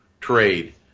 trade